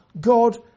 God